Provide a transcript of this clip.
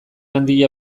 handia